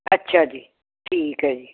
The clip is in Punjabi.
ਅੱਛਾ ਜੀ ਠੀਕ ਹੈ ਜੀ